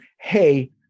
Hey